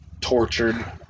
tortured